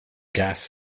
gas